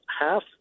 half